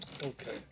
Okay